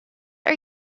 are